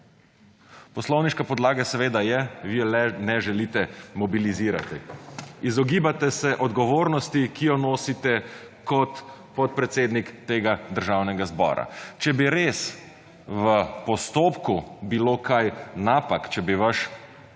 Poslovniška podlaga seveda je, vi je le ne želite mobilizirat tega. Izogibate se odgovornosti, ki jo nosite kot podpredsednik tega državnega zbora. Če bi res v postopku bilo kaj napak, če bi vaš